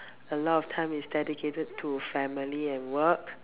a lot of time is dedicated to family and work